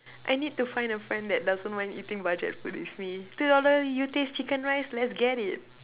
I need to find a friend that doesn't mind eating budget food with me two dollar U-taste chicken-rice let's get it